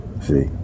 See